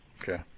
Okay